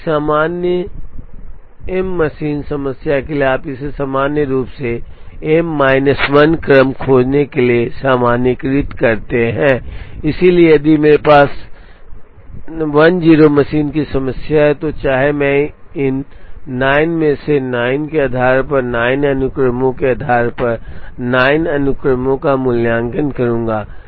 तो एक सामान्य मी मशीन समस्या के लिए आप इसे सामान्य रूप से m माइनस 1 क्रम खोजने के लिए सामान्यीकृत करते हैं इसलिए यदि मेरे पास 10 मशीन की समस्या है तो चाहे मैं इन 9 में से 9 के आधार पर 9 अनुक्रमों के आधार पर 9 अनुक्रमों का मूल्यांकन करूंगा